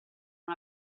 non